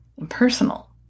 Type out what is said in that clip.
impersonal